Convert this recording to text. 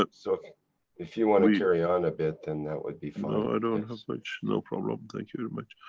so if you want to carry on a bit then that would be fine. no, i don't have much no problem. thank you very much.